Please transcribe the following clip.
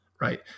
right